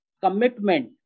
commitment